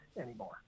anymore